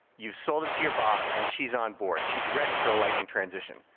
you sold it to your boss and she's on board. she's ready for the lightning transition.